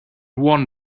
one